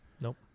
nope